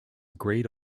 agreed